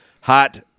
Hot